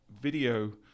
video